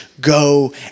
go